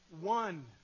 one